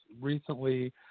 recently